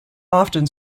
often